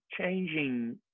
changing